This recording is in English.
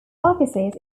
offices